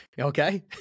Okay